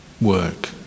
work